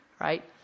Right